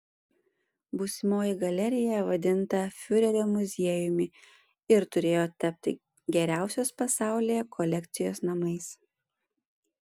būsimoji galerija vadinta fiurerio muziejumi ir turėjo tapti geriausios pasaulyje kolekcijos namais